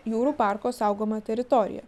jūrų parko saugojamą teritoriją